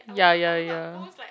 ya ya ya